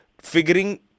figuring